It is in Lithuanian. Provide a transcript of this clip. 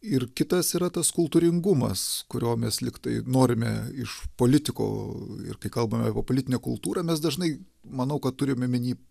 ir kitas yra tas kultūringumas kurio mes lygtai norime iš politiko ir kai kalbame apie politinę kultūrą mes dažnai manau kad turim omeny